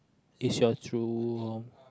is your true home